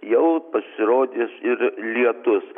jau pasirodys ir lietus